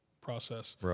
process